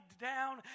down